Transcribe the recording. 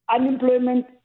unemployment